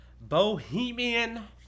Bohemian